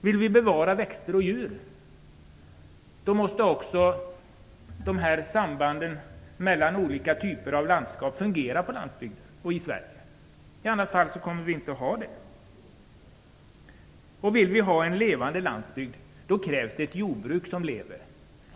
Vill vi bevara växter och djur då måste också sambanden mellan olika typer av landskap fungera i Sverige. I annat fall kommer vi inte att ha det. Vill vi ha en levande landsbygd då krävs ett jordbruk som lever.